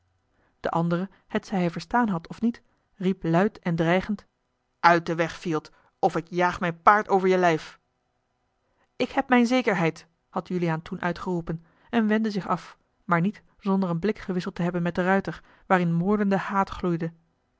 de andere hetzij hij verstaan had of niet riep luid en dreigend uit den weg fielt of ik jaag mijn paard over je lijf ik heb mijne zekerheid had juliaan toen uitgeroepen en wendde zich af maar niet zonder een blik gewisseld te hebben met den ruiter waarin moordende haat gloeide